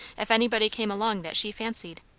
if anybody came along that she fancied.